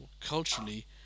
culturally